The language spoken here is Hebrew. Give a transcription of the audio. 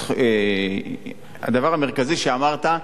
הדבר המרכזי שאמרת,